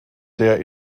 der